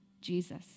Jesus